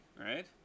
right